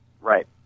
Right